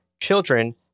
children